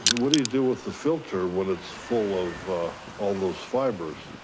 what do you do with the filter when it's full of all those fibers?